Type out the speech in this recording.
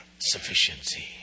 sufficiency